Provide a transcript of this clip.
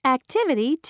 Activity